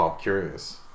curious